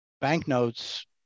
banknotes